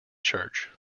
church